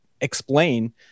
explain